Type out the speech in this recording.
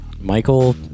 Michael